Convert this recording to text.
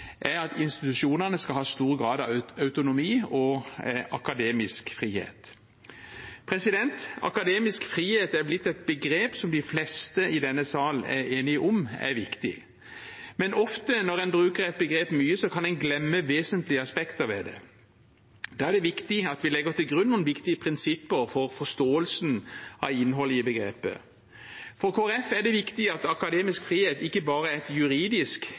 at institusjonene skal ha stor grad av autonomi og akademisk frihet. Akademisk frihet er blitt et begrep som de fleste i denne salen er enige om er viktig. Men ofte når en bruker et begrep mye, kan en glemme vesentlige aspekter ved det. Da er det viktig at vi legger til grunn noen viktige prinsipper for forståelsen av innholdet i begrepet. For Kristelig Folkeparti er det viktig at akademisk frihet ikke bare er et juridisk